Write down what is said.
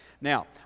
Now